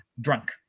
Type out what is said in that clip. drunk